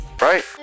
right